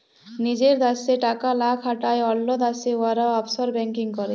লিজের দ্যাশে টাকা লা খাটায় অল্য দ্যাশে উয়ারা অফশর ব্যাংকিং ক্যরে